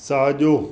साजो॒